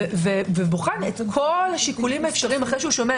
ובוחן את כל השיקולים האפשריים אחרי ששומע